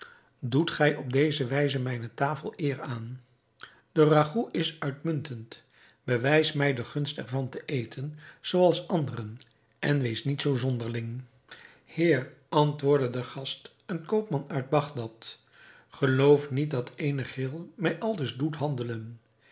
doet gij op deze wijze mijne tafel eer aan de ragout is uitmuntend bewijs mij de gunst er van te eten zooals alle anderen en wees niet zoo zonderling heer antwoordde de gast een koopman uit bagdad geloof niet dat eene gril mij aldus doet handelen